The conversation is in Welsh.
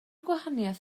gwahaniaeth